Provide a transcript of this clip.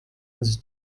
was